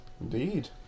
Indeed